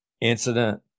incident